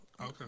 Okay